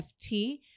FT